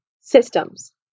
systems